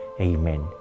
Amen